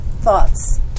thoughts